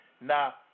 Now